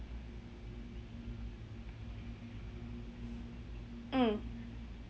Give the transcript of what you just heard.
mm